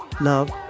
love